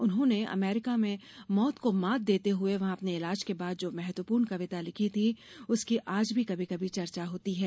उन्होंने अमरीका में मौत को मात देते हुए वहां अपने इलाज के बाद जो बहुत महत्वपूर्ण कविता लिखी थी उसकी आज भी कभी कभी चर्चा होती है